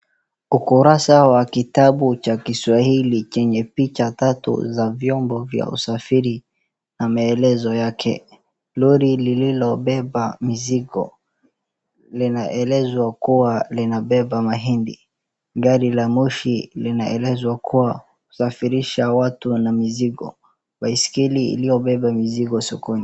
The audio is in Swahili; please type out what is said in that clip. Ukurasa wa kitabu cha Kiswahili chenye picha tatu za vyombo vya usafiri na maelezo yake. Lori lililobeba mizigo linaelezwa kuwa linabeba mahindi. Gari la moshi linaelezwa kuwasafirisha watu na mizigo. Baiskeli iliyobeba mizigo sokoni